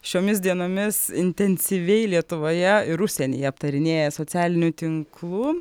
šiomis dienomis intensyviai lietuvoje ir užsienyje aptarinėja socialinių tinklų